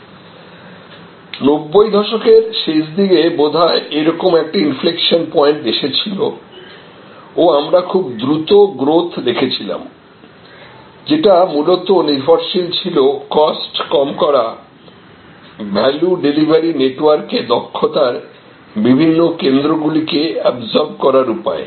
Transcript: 90 দশকের শেষদিকে বোধয় এই রকম একটা ইনফ্লেকশন পয়েন্ট এসেছিল ও আমরা খুব দ্রুত গ্রোথ দেখেছিলাম যেটা মূলত নির্ভরশীল ছিল কস্ট কম করা ভ্যালু ডেলিভারি নেটওয়ার্কে দক্ষতার বিভিন্ন কেন্দ্র গুলি কে এবসর্ব করার উপর